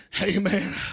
Amen